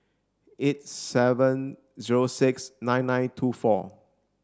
eight seven zero six nine nine two four